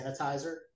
sanitizer